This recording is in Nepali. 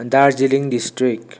दार्जिलिङ डिस्ट्रिक्ट